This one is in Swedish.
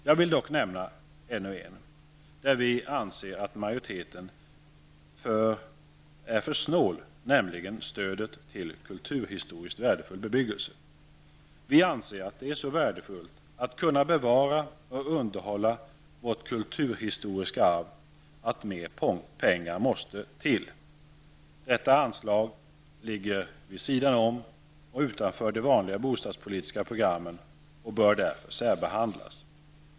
Jag vill dock nämna en, där vi anser att majoriteten är för snål, nämligen den som gäller stödet till kulturhistoriskt värdefull bebyggelse. Vi anser det så värdefullt att kunna bevara och underhålla vårt kulturhistoriska arv att mer pengar måste till. Detta anslag ligger vid sidan om och utanför de vanliga bostadspolitiska programmen och bör därför särbehandlas.